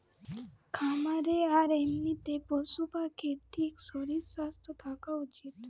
খামারে আর এমনিতে পশু পাখির ঠিক শরীর স্বাস্থ্য থাকা উচিত